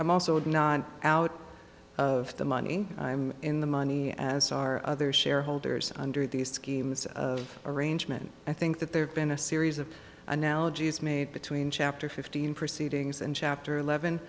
i'm also not out of the money i'm in the money as are other shareholders under these schemes of arrangement i think that there have been a series of analogies made between chapter fifteen proceedings and chapter eleven